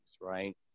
right